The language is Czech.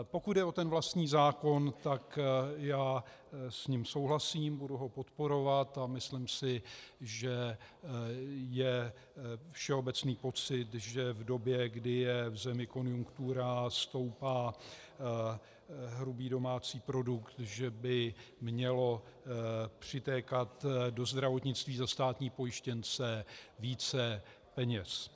Pokud jde o ten vlastní zákon, tak s ním souhlasím, budu ho podporovat a myslím si, že je všeobecný pocit, že v době, kdy je v zemi konjunktura, stoupá hrubý domácí produkt, že by mělo přitékat do zdravotnictví za státní pojištěnce více peněz.